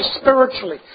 spiritually